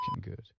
good